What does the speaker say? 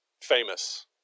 famous